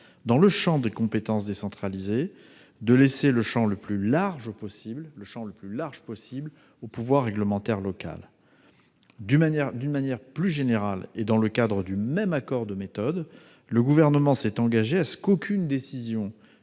dans la sphère des compétences décentralisées, de laisser le champ le plus large possible au pouvoir réglementaire local. D'une manière plus générale et dans le cadre du même accord de méthode, le Gouvernement s'est engagé à ce qu'aucune décision